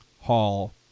Hall